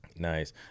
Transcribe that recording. nice